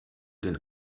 den